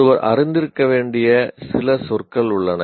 ஒருவர் அறிந்திருக்க வேண்டிய சில சொற்கள் உள்ளன